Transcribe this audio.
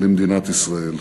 למדינת ישראל.